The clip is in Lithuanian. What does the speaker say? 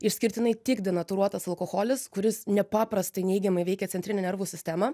išskirtinai tik denatūruotas alkoholis kuris nepaprastai neigiamai veikia centrinę nervų sistemą